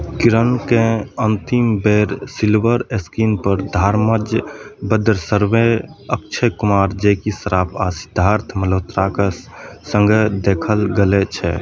किरणकेँ अन्तिम बेर सिल्वर स्कीनपर धर्मज ब्रदर्समे अक्षय कुमार जैकी श्रॉफ आ सिद्धार्थ मल्होत्राके सङ्ग देखल गेलै छै